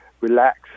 relax